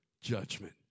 judgment